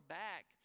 back